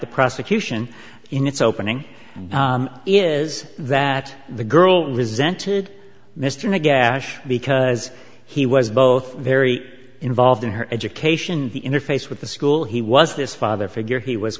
the prosecution in its opening is that the girl resent it mr gash because he was both very involved in her education the interface with the school he was this father figure he was